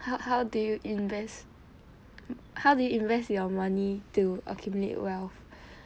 how how do you invest how do you invest your money to accumulate wealth